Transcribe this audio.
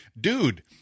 Dude